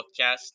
podcast